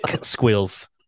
squeals